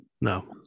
No